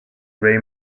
ray